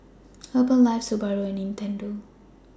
Herbalife Subaru and Nintendo